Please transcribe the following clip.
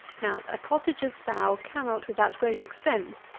now, a cottager's sow cannot, without great expense,